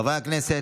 חברי הכנסת,